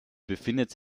befindet